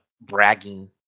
bragging